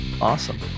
awesome